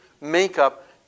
makeup